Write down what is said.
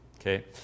Okay